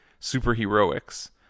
superheroics